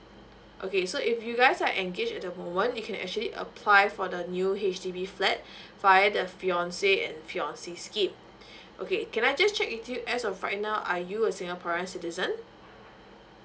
okay so if you guys are engage at the moment you can actually apply for the new H_D_B flat via the fiance and fiancee scheme okay can I just check with you as of right now are you a singaporean citizen